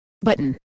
button